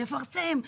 נפרסם,